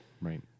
Right